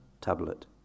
tablet